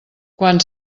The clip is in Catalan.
quan